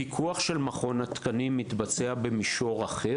הפיקוח של מכון התקנים מתבצע במישור אחר.